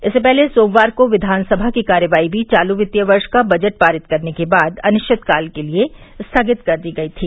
इससे पहले सोमवार को विधानसभा की कार्यवाही भी चालू वित्तीय वर्ष का बजट पारित करने के बाद अनिश्चितकाल के लिये स्थगित कर दी गई थी